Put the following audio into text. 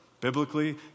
Biblically